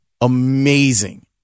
amazing